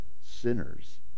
sinners